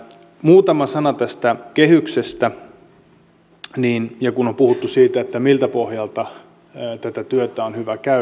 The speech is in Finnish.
muutama sana tästä kehyksestä kun on puhuttu siitä miltä pohjalta tätä työtä on hyvä käydä ja jatkaa